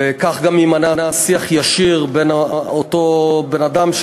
וכך גם ימנע שיח ישיר עם אותו אדם,